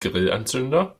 grillanzünder